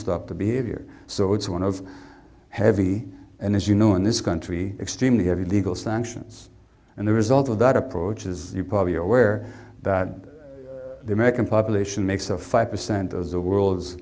stop the behavior so it's one of heavy and as you know in this country extremely heavy legal sanctions and the result of that approach is you probably are aware that the american population makes of five percent of the world's